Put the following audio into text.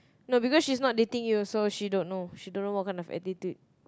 no because she's not dating you also she don't know she don't know what kind of attitude